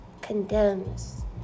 condemns